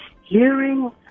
hearing